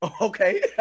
Okay